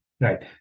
Right